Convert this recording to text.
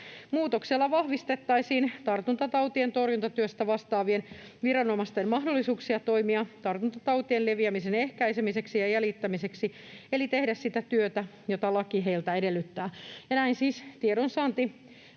Muutoksella vahvistettaisiin tartuntatautien torjuntatyöstä vastaavien viranomaisten mahdollisuuksia toimia tartuntatautien leviämisen ehkäisemiseksi ja jäljittämiseksi eli tehdä sitä työtä, jota laki heiltä edellyttää, ja näin siis